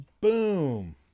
boom